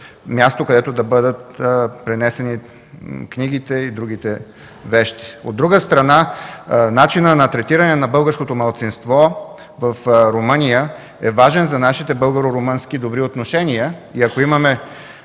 място, където да бъдат пренесени книгите и другите вещи. От друга страна, начинът на третиране на българското малцинство в Румъния е важен за нашите българо-румънски добри отношения. Ако пред